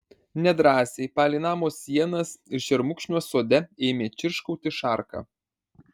nedrąsiai palei namo sienas ir šermukšnius sode ėmė čirškauti šarka